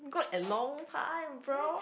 got a long time bro